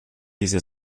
dieser